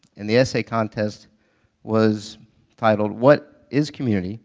and the essay contest was titled what is community